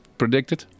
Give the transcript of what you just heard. predicted